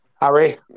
Harry